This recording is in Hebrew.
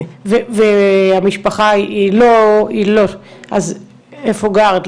והמשפחה היא לא, אז איפה גרת?